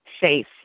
safe